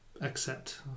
accept